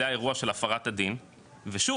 זה האירוע של הפרת הדין ושוב,